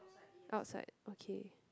outside okay